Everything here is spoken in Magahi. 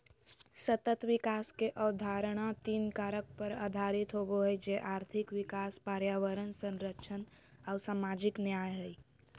सतत विकास के अवधारणा तीन कारक पर आधारित होबो हइ, जे आर्थिक विकास, पर्यावरण संरक्षण आऊ सामाजिक न्याय हइ